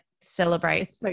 celebrate